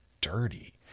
dirty